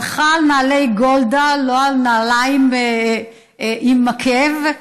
הלכה עם נעלי גולדה, לא על נעליים עם עקב,